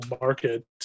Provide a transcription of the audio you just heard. market